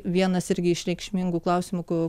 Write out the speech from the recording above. vienas irgi iš reikšmingų klausimų ku